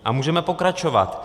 A můžeme pokračovat.